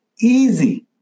easy